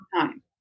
time